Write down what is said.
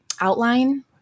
outline